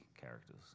characters